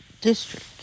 District